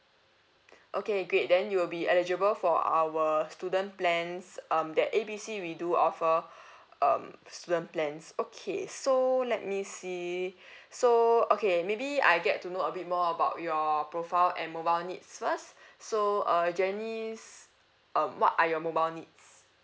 okay great then you will be eligible for our student plans um that A B C we do offer um student plans okay so let me see so okay maybe I get to know a bit more about your profile and mobile needs first so uh janice um what are your mobile needs